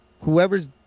whoever's